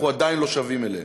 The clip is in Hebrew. אנחנו עדיין לא שווים להן,